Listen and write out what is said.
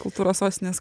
kultūros sostinės